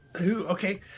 Okay